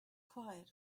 quiet